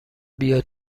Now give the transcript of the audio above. بیا